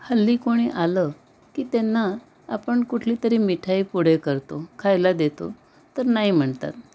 हल्ली कोणी आलं की त्यांना आपण कुठली तरी मिठाई पुढे करतो खायला देतो तर नाही म्हणतात